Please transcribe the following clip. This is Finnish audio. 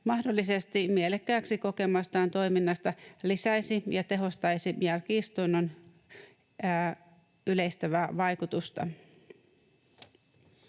mahdollisesti mielekkääksi kokemastaan toiminnasta, lisäisi ja tehostaisi jälki-istunnon yleisestävää vaikutusta.